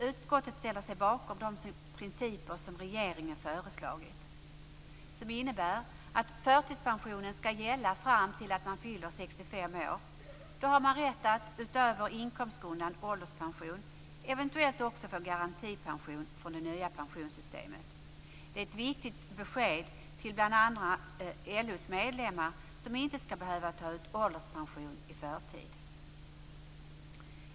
Utskottet ställer sig bakom de principer som regeringen föreslagit, som innebär att förtidspensionen skall gälla fram till att man fyller 65 år. Då har man rätt att, utöver inkomstgrundad ålderspension, eventuellt också få garantipension från det nya pensionssystemet. Det är ett viktigt besked till bl.a. LO:s medlemmar, som inte skall behöva ta ut ålderspension i förtid.